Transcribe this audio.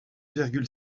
virgule